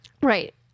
Right